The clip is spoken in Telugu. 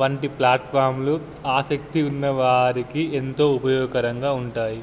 వంటి ప్లాట్ఫార్మ్లు ఆసక్తి ఉన్నవారికి ఎంతో ఉపయోగకరంగా ఉంటాయి